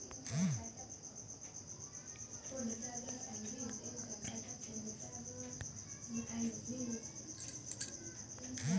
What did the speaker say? अंगुर बलुआही जमीन, लाल माटि आ कारी माटि मे उपजै छै